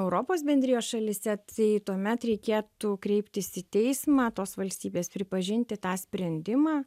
europos bendrijos šalyse tai tuomet reikėtų kreiptis į teismą tos valstybės pripažinti tą sprendimą